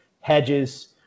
Hedges